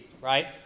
right